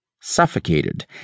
suffocated